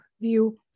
view